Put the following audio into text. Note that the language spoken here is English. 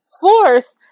Fourth